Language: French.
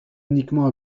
uniquement